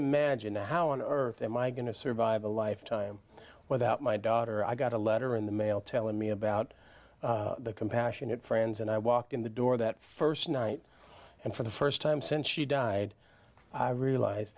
imagine how on earth am i going to survive a life time without my daughter i got a letter in the mail telling me about the compassionate friends and i walked in the door that st night and for the st time since she died i realize